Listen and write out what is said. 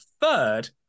third